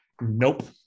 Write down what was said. Nope